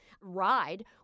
ride